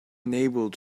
unable